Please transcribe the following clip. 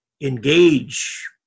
engage